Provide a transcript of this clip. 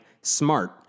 smart